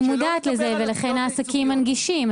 אני מודעת לזה ולכן העסקים מנגישים.